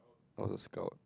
I was a scout